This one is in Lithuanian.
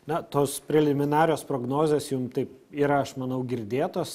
na tos preliminarios prognozės jum taip yra aš manau girdėtos